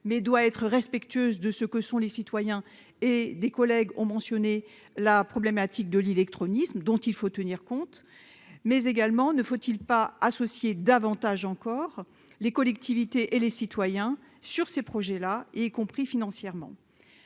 mais doit être respectueuse de ce que sont les citoyens et des collègues ont mentionné la problématique de l'illectronisme, dont il faut tenir compte, mais également, ne faut-il pas associer davantage encore les collectivités et les citoyens sur ces projets-là et y compris financièrement,